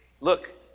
look